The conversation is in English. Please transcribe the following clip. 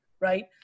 Right